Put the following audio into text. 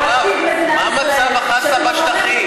מה מצב החסה בשטחים?